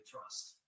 trust